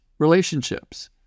relationships